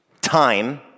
Time